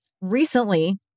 recently